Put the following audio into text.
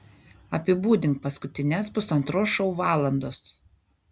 apibūdink paskutines pusantros šou valandos